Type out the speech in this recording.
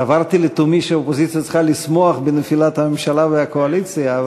סברתי לתומי שהאופוזיציה צריכה לשמוח בנפילת הממשלה והקואליציה,